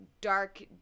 dark